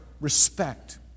respect